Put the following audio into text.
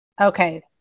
okay